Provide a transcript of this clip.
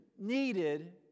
needed